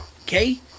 Okay